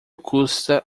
custa